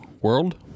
World